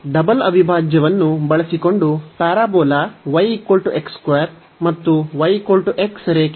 double ಅವಿಭಾಜ್ಯವನ್ನು ಬಳಸಿಕೊಂಡು parabola ಮತ್ತು y x ರೇಖೆಯಿಂದ ಸುತ್ತುವರಿದ ಪ್ರದೇಶವನ್ನು ಹುಡುಕಿ